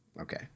Okay